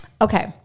Okay